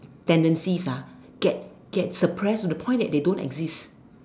tendencies ah get get suppressed to the point that they don't exist